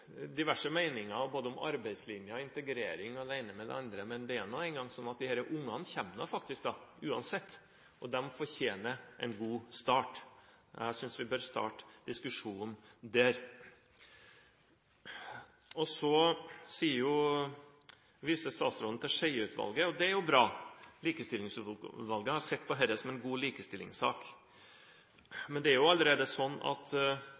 om både arbeidslinjen, integrering og det ene med det andre, men det er nå engang sånn at ungene kommer uansett, og de fortjener en god start. Jeg synes vi bør starte diskusjonen der. Så viser statsråden til Skjeie-utvalget, og det er jo bra. Likestillingsutvalget har sett på dette som en god